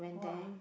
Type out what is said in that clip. !wah!